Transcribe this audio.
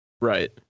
Right